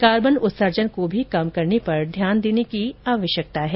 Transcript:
carbon उत्सर्जन को भी कम करने पर ध्यान देने की आवश्यकता है